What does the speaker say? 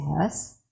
Yes